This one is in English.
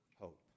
hope